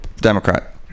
Democrat